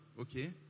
okay